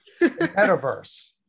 metaverse